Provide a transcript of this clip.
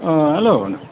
hello